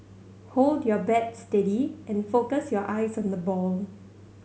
hold your bat steady and focus your eyes on the ball